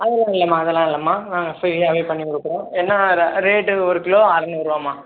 அதெல்லாம் இல்லைம்மா அதெல்லாம் இல்லைம்மா நாங்கள் ஃப்ரீயாகவே பண்ணிக் கொடுக்குறோம் என்ன ர ரேட்டு ஒரு கிலோ அறநூறுரூவாம்மா